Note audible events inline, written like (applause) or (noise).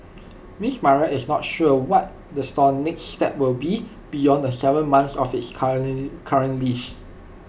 miss Maria is not sure what the store's next step will be beyond the Seven months of its (unintelligible) current lease